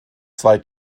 zwei